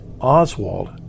Oswald